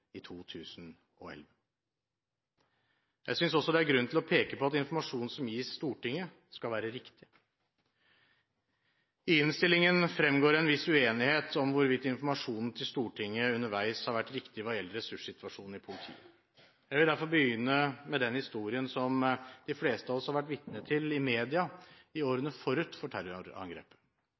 i 2011. Jeg synes også det er grunn til å peke på at informasjon som gis Stortinget, skal være riktig. I innstillingen fremgår en viss uenighet om hvorvidt informasjonen til Stortinget underveis har vært riktig hva gjelder ressurssituasjonen i politiet. Jeg vil derfor begynne med den historien som de fleste av oss har vært vitne til i media i årene forut for terrorangrepet.